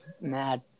mad